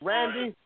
Randy